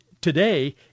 today